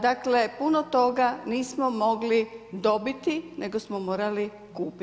Dakle, puno toga nismo mogli dobiti nego smo morali kupiti.